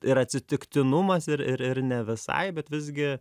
ir atsitiktinumas ir ir ir ne visai bet visgi